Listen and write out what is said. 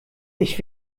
ich